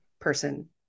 person